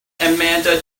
amanda